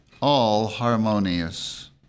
all-harmonious